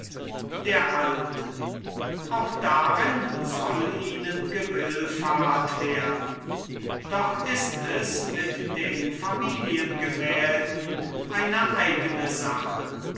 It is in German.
der alte auch darin soll ihnen gewillfahrt werden doch ist es mit den familiengemälden eine eigene sache